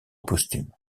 posthume